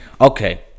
Okay